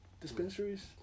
dispensaries